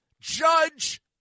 judge